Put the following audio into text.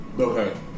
Okay